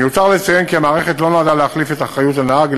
מיותר לציין כי המערכת לא נועדה להחליף את אחריות הנהג,